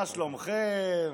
מה שלומכם?